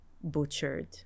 butchered